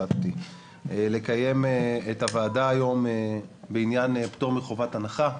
החלטתי לקיים את הוועדה היום בעניין פטור מחובת הנחה.